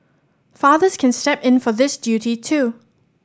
fathers can step in for this duty too